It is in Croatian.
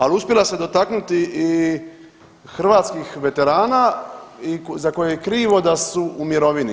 Ali uspjela se dotaknuti i hrvatskih veterana za koje joj je krivo da su u mirovini.